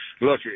look